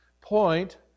point